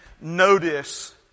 notice